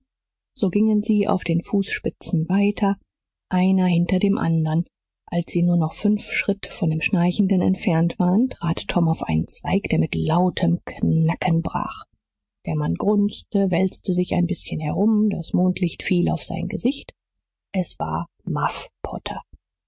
so gingen sie auf den fußspitzen weiter einer hinter dem anderen als sie nur noch fünf schritt von dem schnarchenden entfernt waren trat tom auf einen zweig der mit lautem knacken brach der mann grunzte wälzte sich ein bißchen herum das mondlicht fiel auf sein gesicht es war